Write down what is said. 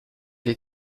lès